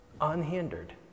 unhindered